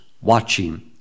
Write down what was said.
watching